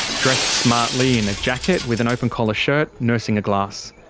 dressed smartly, in a jacket with an open collar shirt, nursing a glass.